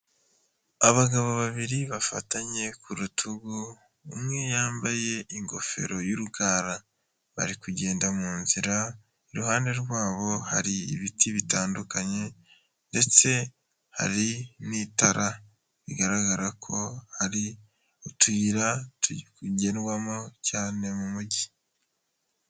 Abagabo babiri bafatanye ku rutugu umwe yambaye ingofero y'urugara, bari kugenda mu nzira iruhande rwabo hari ibiti bitandukanye ndetse hari n'itara, bigaragara ko hari utuyira tugendwamo cyane mu mujyi.